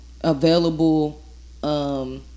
available